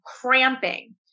cramping